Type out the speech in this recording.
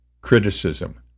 Criticism